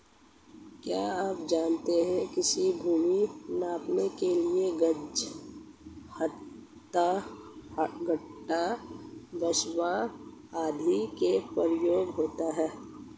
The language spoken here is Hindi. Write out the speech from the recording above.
क्या आप जानते है कृषि भूमि नापने के लिए गज, हाथ, गट्ठा, बिस्बा आदि का प्रयोग होता है?